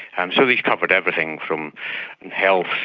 and so these covered everything from health,